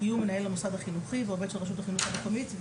יהיו מנהל המוסד החינוכי ועובד של רשות החינוך המקומית,